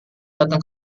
datang